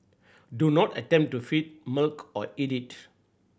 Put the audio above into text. do not attempt to feed milk or eat it